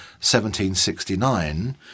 1769